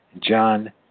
John